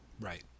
Right